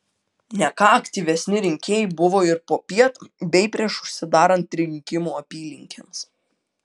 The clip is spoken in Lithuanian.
ne ką aktyvesni rinkėjai buvo ir popiet bei prieš užsidarant rinkimų apylinkėms